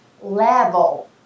level